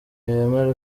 yemera